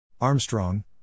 Armstrong